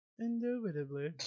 Indubitably